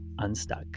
unstuck